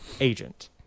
agent